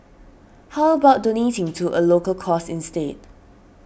how about donating to a local cause instead